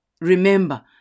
Remember